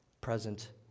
present